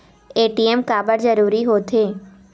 ATM काबर जरूरी हो थे?